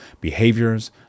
behaviors